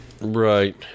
Right